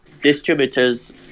distributors